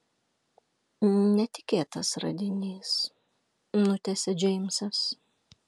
netikėtas radinys nutęsia džeimsas